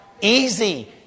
Easy